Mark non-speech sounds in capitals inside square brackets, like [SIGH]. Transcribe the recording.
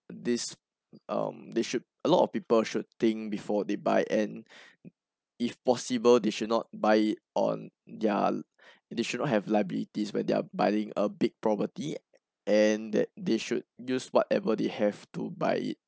this um they should a lot of people should think before they buy and [BREATH] if possible they should not buy it on ya [BREATH] they should not have liabilities when they're buying a big property and that they should use whatever they have to buy it